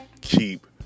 keep